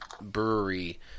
brewery